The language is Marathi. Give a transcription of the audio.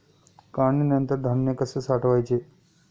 काढणीनंतर धान्य कसे साठवायचे?